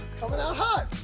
coming out hot!